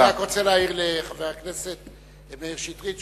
אני רק רוצה להעיר לחבר הכנסת מאיר שטרית,